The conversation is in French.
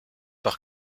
par